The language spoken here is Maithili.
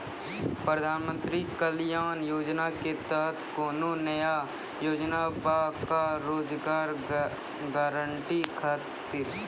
प्रधानमंत्री कल्याण योजना के तहत कोनो नया योजना बा का रोजगार गारंटी खातिर?